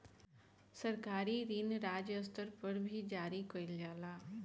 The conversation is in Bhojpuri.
सरकारी ऋण राज्य स्तर पर भी जारी कईल जाला